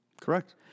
Correct